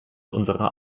unserer